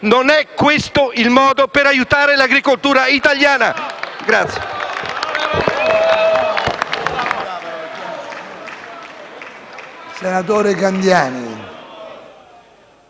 Non è questo il modo di aiutare l'agricoltura italiana.